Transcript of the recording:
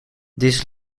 this